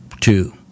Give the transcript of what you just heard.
two